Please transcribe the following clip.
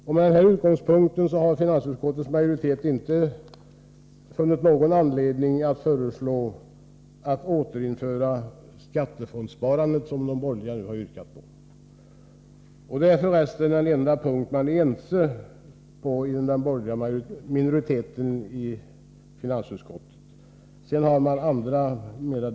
Mot denna bakgrund har inte finansutskottets majoritet funnit någon anledning att föreslå ett återinförande av skattefondssparandet, som de borgerliga har yrkat på. Det är för resten den enda punkt där den borgerliga minoriteten i finansutskottet är ense.